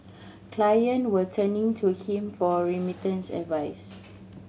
client were turning to him for remittance advice